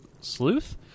sleuth